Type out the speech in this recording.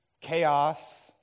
chaos